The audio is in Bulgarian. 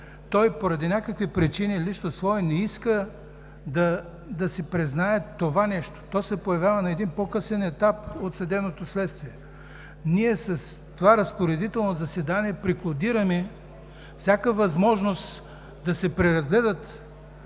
той поради някакви причини, лично свои, не иска да си признае това нещо. То се появява на един по-късен етап от съдебното следствие. Ние с това разпоредително заседание преклудираме всяка възможност да се преразгледат